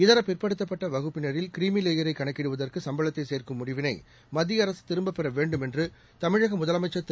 இதர பிற்படுத்தப்பட்ட வகுப்பினரில் கிரீமிலேயரை கணக்கிடுவதற்கு சும்பளத்தை சேர்க்கும் முடிவினை மத்திய அரசு திரும்பப் பெற வேண்டும் என்று தமிழக முதலமைச்சர் திரு